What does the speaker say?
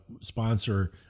sponsor